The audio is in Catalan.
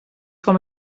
com